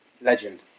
legend